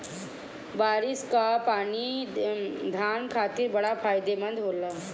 बारिस कअ पानी धान खातिर बड़ा फायदेमंद होला